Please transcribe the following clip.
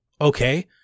Okay